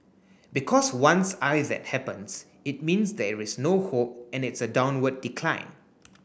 because once I that happens it means there is no hope and it's a downward decline